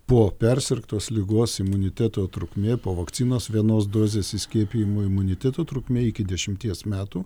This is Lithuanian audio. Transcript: po persirgtos ligos imuniteto trukmė po vakcinos vienos dozės įskiepijimo imuniteto trukmė iki dešimties metų